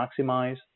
maximize